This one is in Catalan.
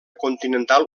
continental